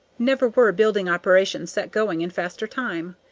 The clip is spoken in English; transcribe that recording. never were building operations set going in faster time.